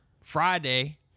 Friday